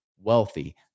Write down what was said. wealthy